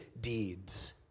deeds